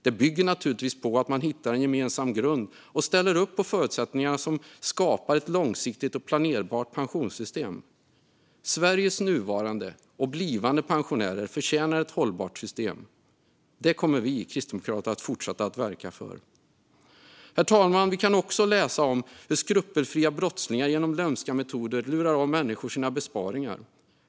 Det bygger naturligtvis på att man hittar en gemensam grund och ställer upp på de förutsättningar som skapar ett långsiktigt och planerbart pensionssystem. Sveriges nuvarande och blivande pensionärer förtjänar ett hållbart system, och det kommer vi kristdemokrater att fortsätta att verka för. Herr talman! Vi kan också läsa om hur skrupelfria brottslingar med lömska metoder lurar av människor deras besparingar.